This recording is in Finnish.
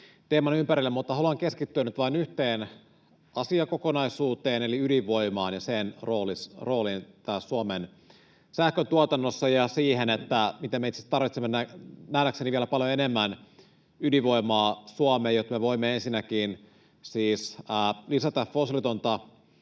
teeman ympärillä, mutta haluan keskittyä nyt vain yhteen asiakokonaisuuteen eli ydinvoimaan ja sen rooliin Suomen sähköntuotannossa — siihen, että me itse asiassa tarvitsemme nähdäkseni vielä paljon enemmän ydinvoimaa Suomeen, jotta me voimme ensinnäkin lisätä fossiilitonta